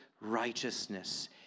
righteousness